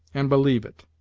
and believe it.